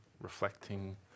reflecting